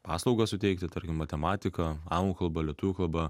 paslaugas suteikti tarkim matematika anglų kalba lietuvių kalba